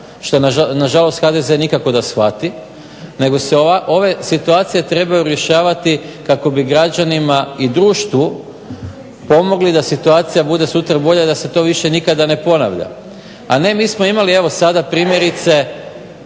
što nažalost HDZ nikako da shvati nego se ove situacije trebaju rješavati kako bi građanima i društvu pomogli da situacija bude sutra bolja i da se to više nikada ne ponavlja. A ne mi smo imali i evo sada primjerice